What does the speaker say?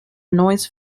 noise